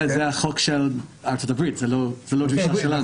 זה החוק של ארצות-הברית, זה לא דרישה שלנו.